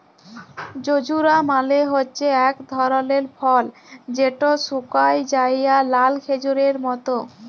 জুজুবা মালে হছে ইক ধরলের ফল যেট শুকাঁয় যাউয়া লাল খেজুরের মত